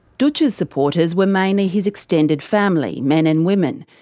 dootch's supporters were mainly his extended family, men and women.